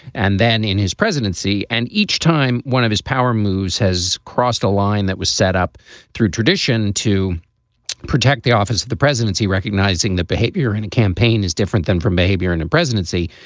and then in his presidency. and each time one of his power moves has crossed a line that was set up through tradition to protect the office of the presidency, recognizing that behavior in a campaign is different than for maybe or and in a presidency.